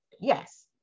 Yes